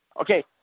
Okay